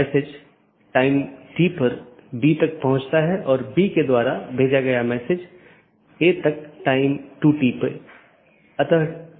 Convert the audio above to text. इसलिए यदि यह बिना मान्यता प्राप्त वैकल्पिक विशेषता सकर्मक विशेषता है इसका मतलब है यह बिना किसी विश्लेषण के सहकर्मी को प्रेषित किया जा रहा है